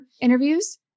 interviews